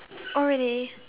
oh really